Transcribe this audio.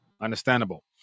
Understandable